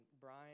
Brian